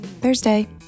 Thursday